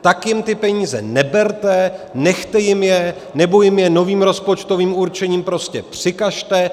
Tak jim ty peníze neberte, nechte jim je nebo jim je novým rozpočtovým určením prostě přikažte!